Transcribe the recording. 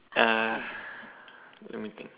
uh let me think